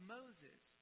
Moses